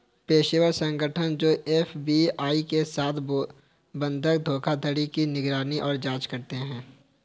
पेशेवर संगठन जो एफ.बी.आई के साथ बंधक धोखाधड़ी की निगरानी और जांच करते हैं